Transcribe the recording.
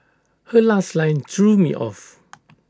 her last line threw me off